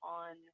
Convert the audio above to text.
on